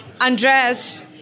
Andres